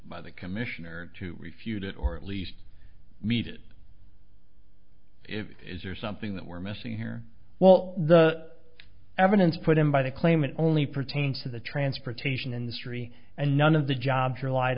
by the commission or to refute it or at least meet it if it is or something that we're missing here well the evidence put in by the claimant only pertains to the transportation industry and none of the jobs relied